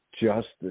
justice